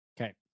Okay